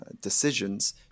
decisions